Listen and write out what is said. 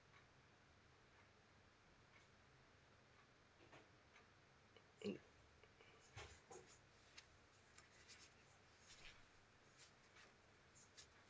mm